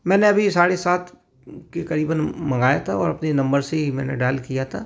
मैने अभी साढ़े सात के करीबन मंगाया था और अपने नंबर से ही मैंने डायल किया था